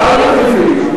גברתי, אל תטיפי לי.